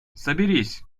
соберись